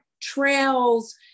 trails